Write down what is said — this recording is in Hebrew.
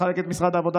לחלק את משרד העבודה,